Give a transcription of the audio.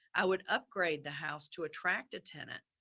i would upgrade the house to attract a tenant.